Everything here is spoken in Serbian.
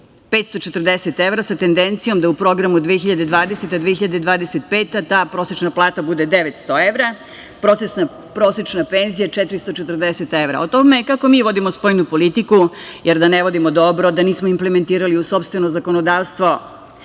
540 evra, sa tendencijom da u Programu 2020-2025 ta prosečna plata bude 900 evra, prosečna penzija 440 evra.O tome kako mi vodimo spoljnu politiku, jer da ne vodimo dobro, da nismo implementirali u sopstveno zakonodavstvo